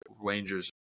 Rangers